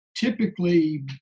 typically